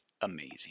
amazing